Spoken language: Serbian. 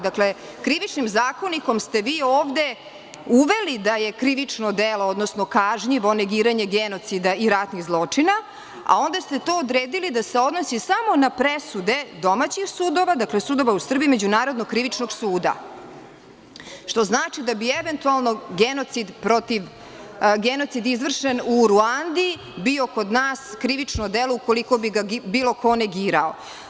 Dakle, Krivičnim zakonikom ste vi ovde uveli da je krivično delo, odnosno kažnjivo negiranje genocida i ratnih zločina, a onda ste to odredili da se odnosi samo na presude domaćih sudova, dakle sudova u Srbiji, Međunarodnog krivičnog suda, što znači da bi eventualno genocid izvršen u Ruandi bio kod nas krivično delo ukoliko bi ga bilo ko negirao.